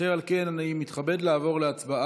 אשר על כן, אני מתכבד לעבור להצבעה